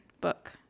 book